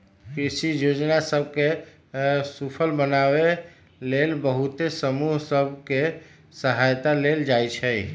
कृषि जोजना सभ के सूफल बनाबे लेल बहुते समूह सभ के सहायता लेल जाइ छइ